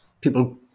people